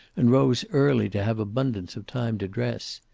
and rose early to have abundance of time to dress.